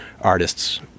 artists